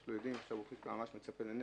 ועכשיו ממש ציפה לנכד.